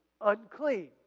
unclean